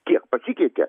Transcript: kiek pasikeitė